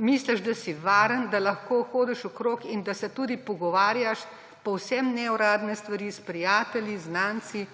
misliš, da si varen, da lahko hodiš okoli in da se tudi pogovarjaš povsem neuradne stvari s prijatelji, znanci,